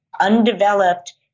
undeveloped